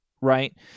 right